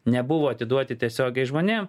nebuvo atiduoti tiesiogiai žmonėm